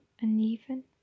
uneven